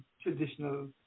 traditional